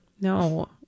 No